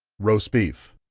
roast beef.